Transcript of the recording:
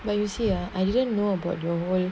but you see ah I didn't know about your whole